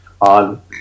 on